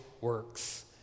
works